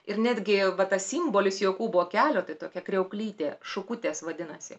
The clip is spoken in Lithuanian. ir netgi va tas simbolis jokūbo kelio tai tokia kriauklytė šukutės vadinasi